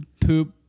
poop